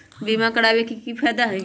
बीमा करबाबे के कि कि फायदा हई?